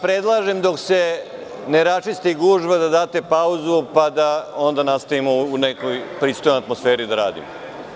Predlažem da dok se ne raščisti gužva date pauzu, pa da onda nastavimo u nekoj pristojnoj atmosferi da radimo.